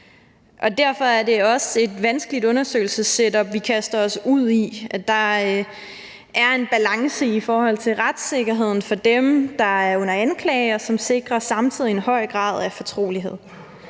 Derfor er det også et vanskeligt undersøgelsessetup, vi kaster os ud i, for der skal være en balance i forhold til retssikkerheden for dem, der er under anklage, samtidig med at man sikrer en høj grad af fortrolighed.